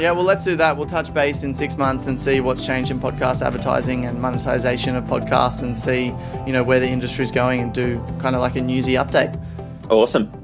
yeah, well, let's do that. we'll touch base in six months and see what's changed in podcast advertising and monetisation of podcast and see you know where the industry is going and do kind of like a newsy update. jarrod awesome.